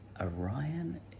Orion